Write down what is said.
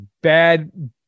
bad